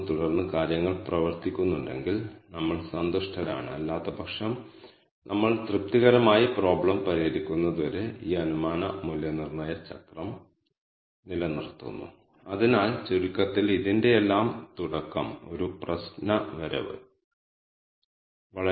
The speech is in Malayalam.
അതിനർത്ഥം ഓരോ ക്ലസ്റ്ററുകളിലെയും വ്യതിയാനം എത്രയാണ് ഈ സ്ക്വയറുകൾക്കുള്ളിലെ ക്ലസ്റ്റർ തുക ഉപയോഗിക്കുന്നത് എങ്ങിനെയാണ് എന്നതാണ്